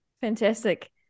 Fantastic